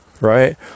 right